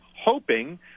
hoping